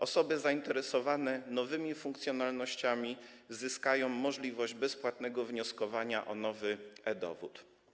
Osoby zainteresowane nowymi funkcjonalnościami zyskają możliwość bezpłatnego wnioskowania o nowy e-dowód.